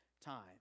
time